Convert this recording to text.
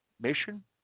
mission